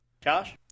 Josh